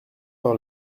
par